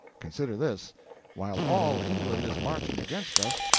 consider this while all england is marching against us,